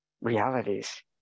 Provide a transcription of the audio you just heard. realities